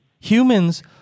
Humans